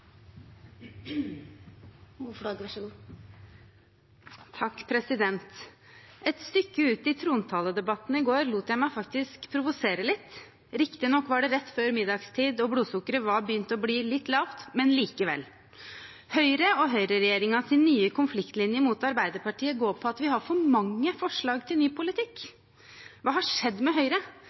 Et stykke ut i trontaledebatten i går lot jeg meg faktisk provosere litt. Riktignok var det rett før middagstid, og blodsukkeret var begynt å bli litt lavt, men likevel! Høyre og høyreregjeringens nye konfliktlinje mot Arbeiderpartiet går på at vi har for mange forslag til ny politikk. Hva har skjedd med Høyre